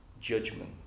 judgment